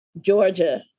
Georgia